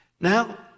Now